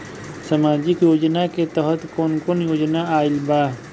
सामाजिक योजना के तहत कवन कवन योजना आइल बा?